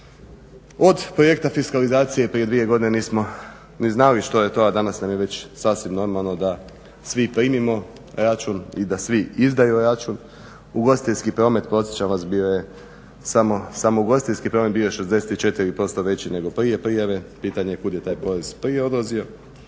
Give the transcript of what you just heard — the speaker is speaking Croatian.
Od projekta fiskalizacije prije 2 godine nismo ni znali što je to a danas nam je već sasvim normalno da svi primimo račun i da svi izdaju račun. Ugostiteljski promet podsjećam vas bio je samo, samo ugostiteljski promet bio je 64% veći nego prije prijave, pitanje kuda je taj porez prije odlazio.